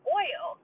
oil